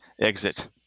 exit